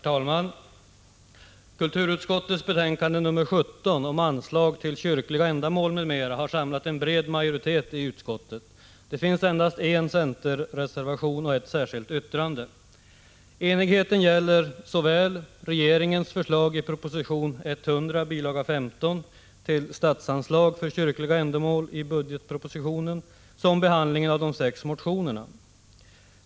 Herr talman! Kulturutskottets betänkande nr 17 om anslag till kyrkliga ändamål m.m. har samlat en bred majoritet i utskottet. Det finns endast en centerreservation och ett särskilt yttrande. Enigheten gäller såväl regeringens förslag till statsanslag för kyrkliga ändamål i proposition 100 bil. 15 som behandlingen av de sex motioner som väckts.